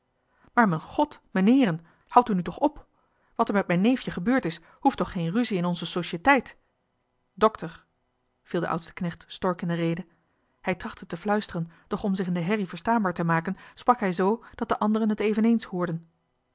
m'en god meneeren houdt nu toch op wat er met me neefje gebeurd is hoeft toch geen ruzie in onze societeit dokter viel de oudste knecht stork in de rede hij trachtte te fluisteren doch om zich in de herrie verstaanbaar te maken sprak hij z dat de anderen het eveneens hoorden